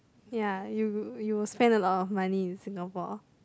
ya you you will spend a lot of money in Singapore